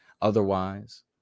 Otherwise